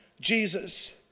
Jesus